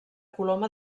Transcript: coloma